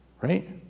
Right